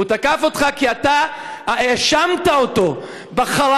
הוא תקף אותך כי אתה האשמת אותו בחרמות